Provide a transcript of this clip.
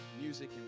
music